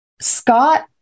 Scott